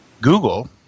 Google